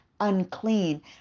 unclean